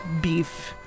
beef